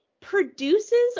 produces